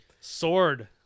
sword